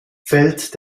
fällt